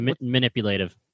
Manipulative